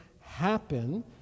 happen